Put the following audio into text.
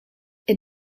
est